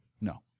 No